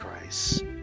Christ